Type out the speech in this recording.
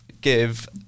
give